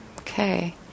okay